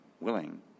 willing